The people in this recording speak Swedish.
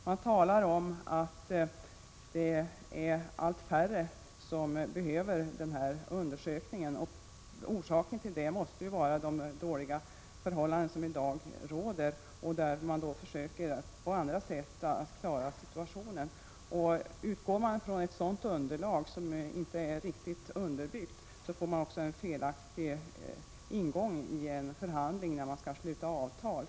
Man talar om att det är allt färre som behöver undersökningen, och orsaken måste vara de dåliga förhållanden som i dag råder när man försöker att på andra sätt klara situationen. Utgår man från ett sådant underlag, som inte är riktigt underbyggt, får man en felaktig ingång i en förhandling när man skall sluta avtal.